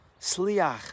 sliach